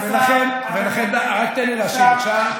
כתוב בחוק,